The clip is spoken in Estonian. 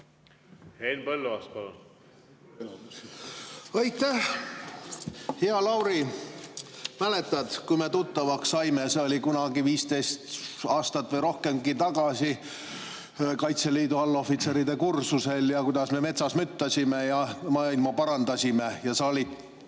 on juhtunud. Aitäh! Hea Lauri! Mäletad, kui me tuttavaks saime – see oli kunagi 15 aastat või rohkemgi tagasi Kaitseliidu allohvitseride kursusel – ja kuidas me metsas müttasime ja maailma parandasime? Sa olid